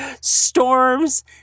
storms